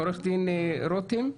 עו"ד רותם טובול,